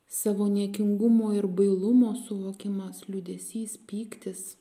savo niekingumo ir bailumo suvokimas liūdesys pyktis